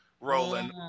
rolling